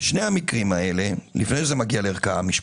בשני המקרים האלה, לפני שזה מגיע לערכאה המשפטית,